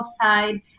side